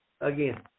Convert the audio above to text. again